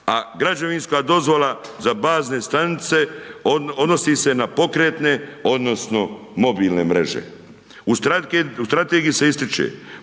a građevinska dozvola za bazne stanice odnosi se na pokretne odnosno mobilne mreže. U strategiji se ističe